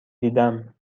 دیدم